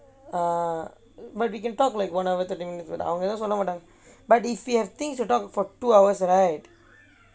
uh but we can talk like one hours thirty minutes அவங்க ஏதுவும் சொல்லமாட்டாங்க:avanga ethuvum sollamaattaanga but if you have things to talk for two hours right